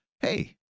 Hey